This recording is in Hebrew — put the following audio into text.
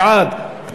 בעד.